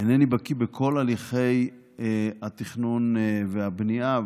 אינני בקי בכל הליכי התכנון והבנייה,